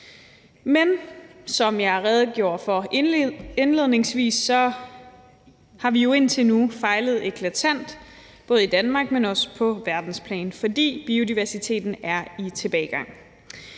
Men som jeg indledningsvis redegjorde for, har vi jo indtil nu fejlet eklatant både i Danmark, men også på verdensplan, for biodiversiteten er i tilbagegang.